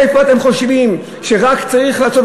איפה אתם חושבים שצריך לעשות?